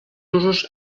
usos